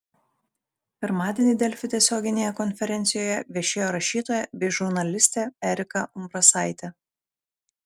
pirmadienį delfi tiesioginėje konferencijoje viešėjo rašytoja bei žurnalistė erika umbrasaitė